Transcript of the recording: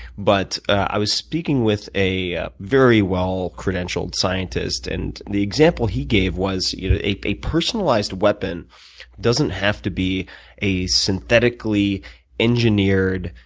but i was speaking with a very well-credentialed scientist. and the example he gave was you know a a personalized weapon doesn't have to be a synthetically engineered,